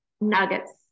nuggets